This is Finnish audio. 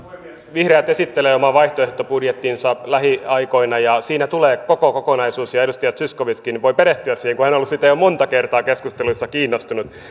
vihreät esittelee oman vaihtoehtobudjettinsa lähiaikoina ja siinä tulee koko kokonaisuus ja edustaja zyskowiczkin voi perehtyä siihen kun hän on ollut siitä jo monta kertaa keskusteluissa kiinnostunut